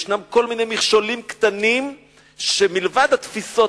ישנם כל מיני מכשולים קטנים מלבד התפיסות